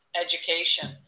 education